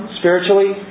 spiritually